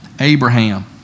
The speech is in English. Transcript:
Abraham